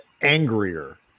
angrier